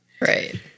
Right